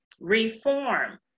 reform